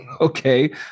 Okay